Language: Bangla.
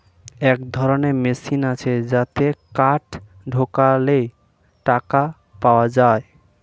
এক ধরনের মেশিন আছে যাতে কার্ড ঢোকালে টাকা পাওয়া যায়